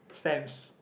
stamps